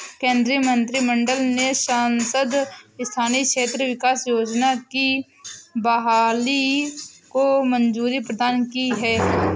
केन्द्रीय मंत्रिमंडल ने सांसद स्थानीय क्षेत्र विकास योजना की बहाली को मंज़ूरी प्रदान की है